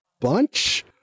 bunch